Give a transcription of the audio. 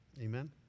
Amen